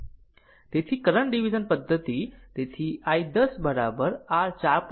તેથી current division પદ્ધતિ તેથી i 10 r 4